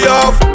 off